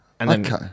Okay